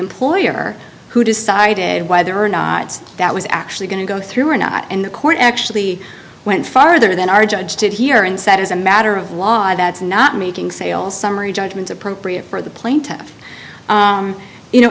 employer who decided whether or not that was actually going to go through or not and the court actually went farther than our judge did here and said as a matter of law that's not making sales summary judgment appropriate for the plaintiff you know